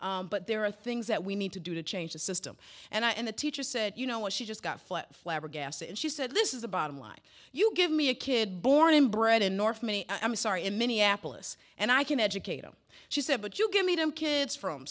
hard but there are things that we need to do to change the system and the teacher said you know what she just got flipped flabbergasted and she said this is the bottom line you give me a kid born and bred in north me i'm sorry in minneapolis and i can educate him she said but you give me two kids from